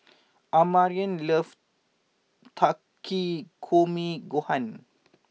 Amarion loves Takikomi Gohan